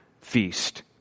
feast